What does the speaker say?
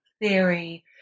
theory